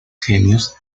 genios